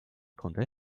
konnte